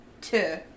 two